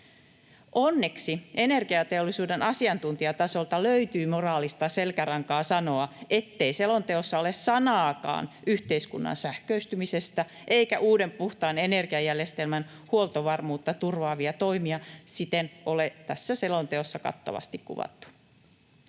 Onneksi energiateollisuuden asiantuntijatasolta löytyy moraalista selkärankaa sanoa, ettei selonteossa ole sanaakaan yhteiskunnan sähköistymisestä eikä uuden puhtaan energiajärjestelmän huoltovarmuutta turvaavia toimia siten ole tässä selonteossa kattavasti kuvattu.